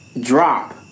drop